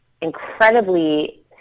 incredibly